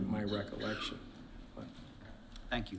my recollection thank you